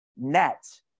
net